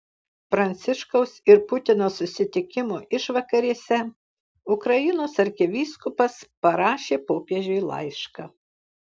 pranciškaus ir putino susitikimo išvakarėse ukrainos arkivyskupas parašė popiežiui laišką